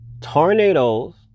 Tornadoes